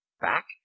back